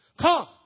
come